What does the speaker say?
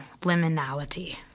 liminality